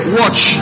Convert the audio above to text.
watch